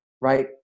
right